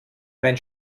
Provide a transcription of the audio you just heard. mein